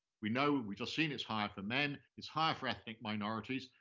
we know, we've just seen it's higher for men. it's higher for ethnic minorities.